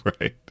right